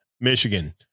Michigan